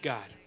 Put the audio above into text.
God